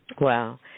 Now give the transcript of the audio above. Wow